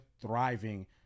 thriving